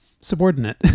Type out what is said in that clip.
subordinate